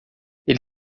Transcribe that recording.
ele